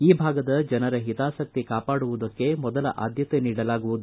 ಈ ಭಾಗದ ಜನರ ಹಿತಾಸ್ತಿ ಕಾಪಾಡುವುದಕ್ಕೆ ಮೊದಲ ಆದ್ಯತೆ ನೀಡಲಾಗುವುದು